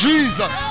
Jesus